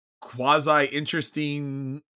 quasi-interesting